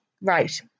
Right